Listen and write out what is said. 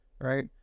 Right